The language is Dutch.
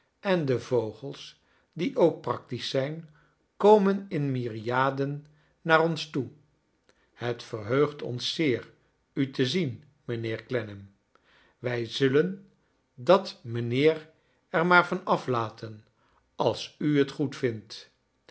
en de vogels die ook practisch zijn komen in myriaden naar ons toe het verheugt ons zeer u te zien mijnheer clennam wij zullen dat mijnheer er maar aflaten als u t goed vindt